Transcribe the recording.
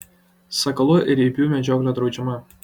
sakalų ir ibių medžioklė draudžiama